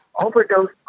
overdose